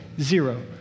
zero